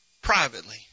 Privately